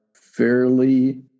fairly